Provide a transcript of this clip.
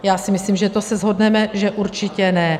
Já si myslím, že to se shodneme, že určitě ne.